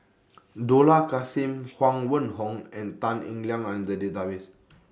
Dollah Kassim Huang Wenhong and Tan Eng Liang Are in The Database